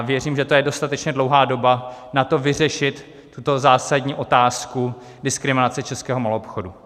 Věřím, že to je dostatečně dlouhá doba na to vyřešit tuto zásadní otázku diskriminace českého maloobchodu.